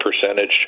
percentage